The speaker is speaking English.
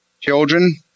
Children